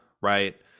right